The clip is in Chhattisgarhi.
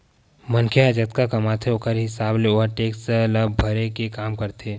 मनखे ह जतका कमाथे ओखर हिसाब ले ओहा टेक्स ल भरे के काम करथे